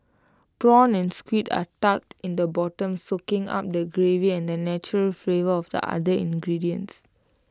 prawn and squid are tucked in the bottom soaking up the gravy and the natural flavours of the other ingredients